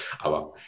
Aber